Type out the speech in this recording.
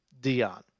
Dion